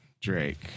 Drake